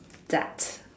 dat